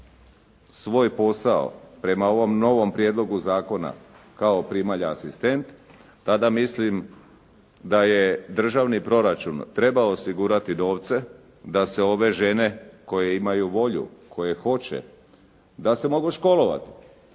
svoj posao prema ovom novom prijedlogu zakona kao primalja asistent, tada mislim da je državni proračun trebao osigurati novce da se ove žene koje imaju volju, koje hoće da se mogu školovati